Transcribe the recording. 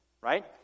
right